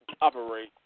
operate